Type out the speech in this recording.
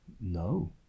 No